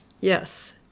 Yes